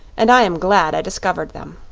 and i am glad i discovered them.